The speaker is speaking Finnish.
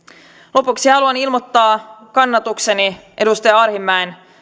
lopuksi haluan ilmoittaa kannatukseni edustaja arhinmäen